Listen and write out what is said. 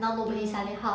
mm